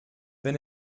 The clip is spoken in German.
wenn